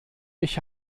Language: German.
ich